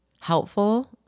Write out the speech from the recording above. helpful